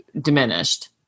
diminished